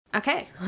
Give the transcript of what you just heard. Okay